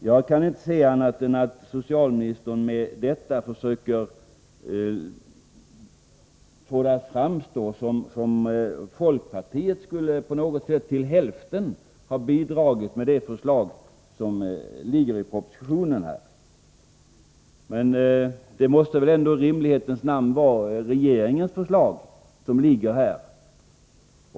Jag kan inte se annat än att socialministern med detta försöker få det att framstå som om folkpartiet på något sätt till hälften skulle ha bidragit med propositionens förslag. Det måste väl ändå i rimlighetens namn vara regeringens förslag som vi har här.